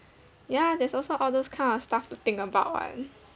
ya there's also all those kind of stuff to think about [what]